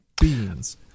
Beans